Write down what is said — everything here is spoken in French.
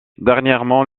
dernièrement